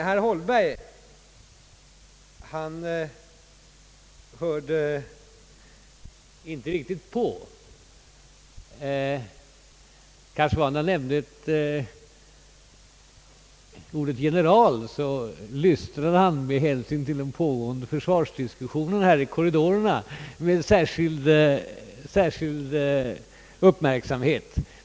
Herr Holmberg hörde visst inte riktigt på — men när jag nämnde ordet general, lystrade han tydligen, med hänsyn till den pågående försvarsdiskussionen här i korridorerna, med särskild uppmärksamhet!